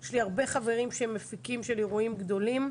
יש לי הרבה חברים שהם מפיקים של אירועים גדולים.